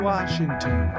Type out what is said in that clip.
Washington